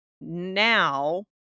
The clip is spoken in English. now